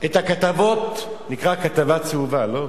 את הכתבות, זה נקרא כתבה צהובה, לא?